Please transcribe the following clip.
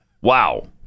Wow